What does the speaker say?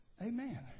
Amen